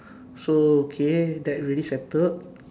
so okay that already settled